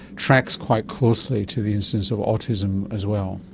tracks quite closely to the instance of autism as well.